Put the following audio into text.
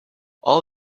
all